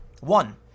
one